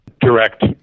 direct